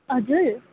हजुर